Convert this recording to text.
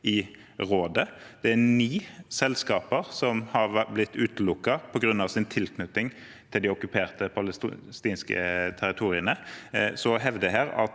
i rådet. Det er ni selskaper som har blitt utelukket på grunn av sin tilknytning til de okkuperte palestinske territoriene. Det å hevde her at